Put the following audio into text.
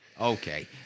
Okay